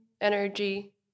energy